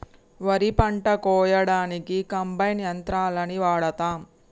వరి పంట కోయడానికి కంబైన్ యంత్రాలని వాడతాం